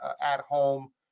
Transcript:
at-home